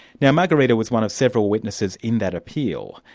now margarita was one of several witnesses in that appeal.